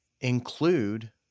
include